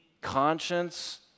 conscience